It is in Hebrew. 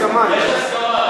הסכמה, הסכמה.